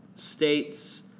States